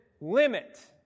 limit